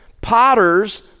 potters